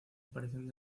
aparición